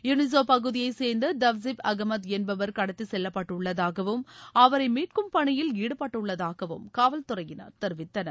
யூனிசோ பகுதியைச் சேர்ந்த தவ்சீப் அகமது என்பவர் கடத்திச் செல்லப்பட்டுள்ளதாகவும் அவரை மீட்கும் பணியில் ஈடுபட்டுள்ளதாகவும் காவல்துறையினர் தெரிவித்தார்